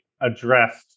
addressed